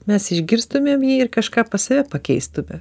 mes išgirstumėm jį ir kažką pas save pakeistume